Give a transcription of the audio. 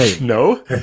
no